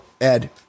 Ed